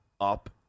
up